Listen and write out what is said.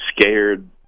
scared